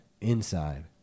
inside